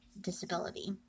disability